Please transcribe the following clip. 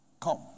come